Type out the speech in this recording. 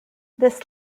this